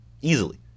Easily